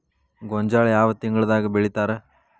ಗೋಂಜಾಳ ಯಾವ ತಿಂಗಳದಾಗ್ ಬೆಳಿತಾರ?